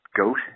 GOAT